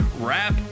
Rap